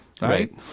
Right